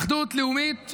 אחדות לאומית,